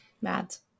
Mads